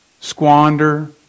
squander